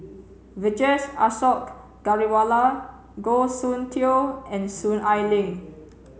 Vijesh Ashok Ghariwala Goh Soon Tioe and Soon Ai Ling